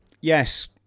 Yes